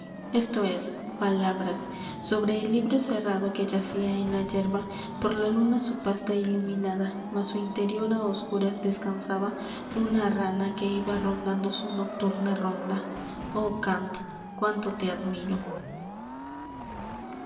esto es palabras sobre el libro cerrado que yacía en la yerba por la luna su pasta iluminada mas su interior a oscuras descansaba una rana que iba rondando su nocturna ronda oh kanf cuánto te admiro